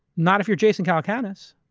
not if you're jason calacanis,